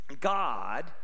God